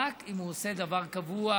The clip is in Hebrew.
רק אם הוא עושה דבר קבוע,